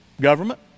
government